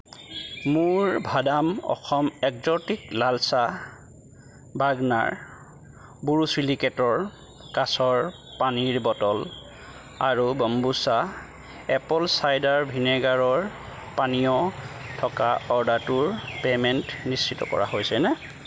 মোৰ ভাদাম অসম এক্জটিক লাল চাহ বাৰ্গনাৰ বোৰোছিলিকেটৰ কাচৰ পানীৰ বটল আৰু বম্বুচা এপল চাইডাৰ ভিনেগাৰৰ পানীয় থকা অৰ্ডাৰটোৰ পে'মেণ্ট নিশ্চিত কৰা হৈছেনে